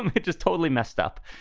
it just totally messed up.